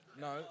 no